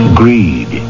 greed